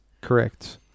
Correct